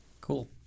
Cool